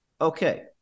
Okay